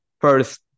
first